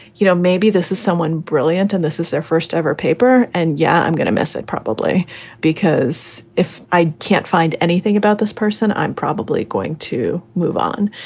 you know, maybe this is someone brilliant and this is their first ever paper. and, yeah, i'm gonna miss it probably because if i can't find anything about this person, i'm probably going to move on.